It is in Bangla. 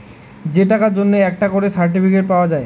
যে টাকার জন্যে একটা করে সার্টিফিকেট পাওয়া যায়